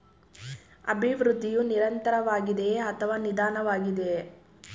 ಅಭಿವೃದ್ಧಿಯು ನಿರಂತರವಾಗಿದೆಯೇ ಅಥವಾ ನಿಧಾನವಾಗಿದೆಯೇ?